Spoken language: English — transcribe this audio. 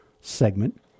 segment